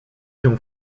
się